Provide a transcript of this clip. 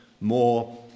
more